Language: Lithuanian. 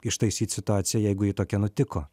ištaisyt situaciją jeigu ji tokia nutiko